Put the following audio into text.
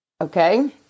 Okay